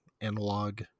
analog